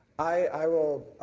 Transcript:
i will